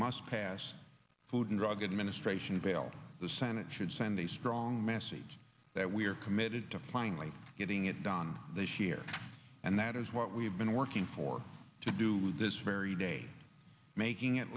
must pass food and drug administration fail the senate should send a strong message that we are committed to finding getting it done this year and that is what we have been working for to do this very day making it